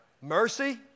Mercy